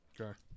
Okay